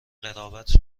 قرابت